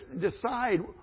decide